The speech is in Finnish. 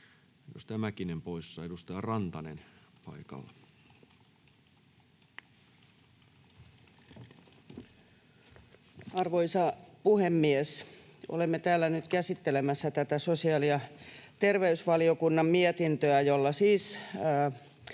Time: 20:05 Content: Arvoisa puhemies! Olemme täällä nyt käsittelemässä sosiaali- ja terveysvaliokunnan mietintöä, jolla siis